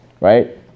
Right